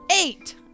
Eight